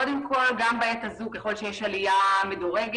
קודם כל, גם בעת הזו, ככל שיש עלייה מדורגת,